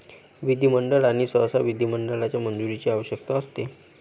विधिमंडळ आणि सहसा विधिमंडळाच्या मंजुरीची आवश्यकता असते